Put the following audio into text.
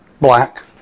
black